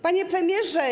Panie Premierze!